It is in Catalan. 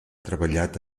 treballat